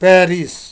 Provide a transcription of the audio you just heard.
Paris